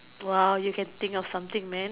!wow! you can think of something man